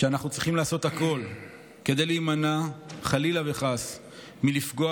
שאנחנו צריכים לעשות הכול כדי להימנע חלילה וחס מלפגוע